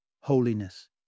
holiness